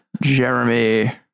jeremy